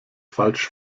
falsch